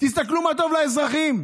תסתכלו מה טוב לאזרחים,